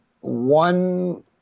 one